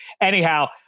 Anyhow